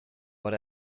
what